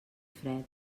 fred